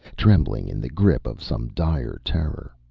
trembling in the grip of some dire terror.